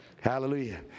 Hallelujah